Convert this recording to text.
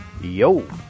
Yo